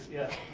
yes.